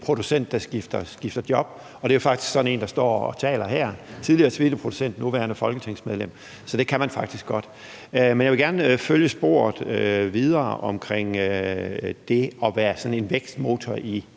svineproducent, der skifter job, og det er faktisk sådan en, der står og taler her – tidligere svineproducent og nuværende folketingsmedlem. Så det kan man faktisk godt. Men jeg vil gerne følge sporet videre omkring det at være sådan en vækstmotor i